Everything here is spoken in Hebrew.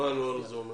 מה אומר הנוהל הזה?